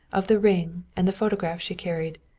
of the ring and the photograph she carried.